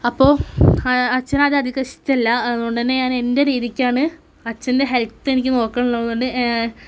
അപ്പോൾ അച്ഛന് അതധികം ഇഷ്ടമല്ല അതുകൊണ്ടുതന്നെ ഞാനെൻ്റെ രീതിക്കാണ് അച്ഛൻ്റെ ഹെൽത്ത് എനിക്ക് നോക്കണം എന്നുള്ളതുകൊണ്ട്